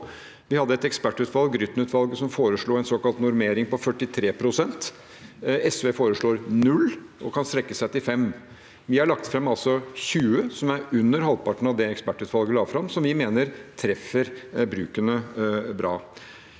Vi hadde et ekspertutvalg, Grytten-utvalget, som foreslo en såkalt normering på 43 pst. SV foreslår null og kan strekke seg til 5 pst. Vi har lagt fram 20 pst., som er under halvparten av det ekspertutvalget la fram, og som vi mener treffer brukene bra.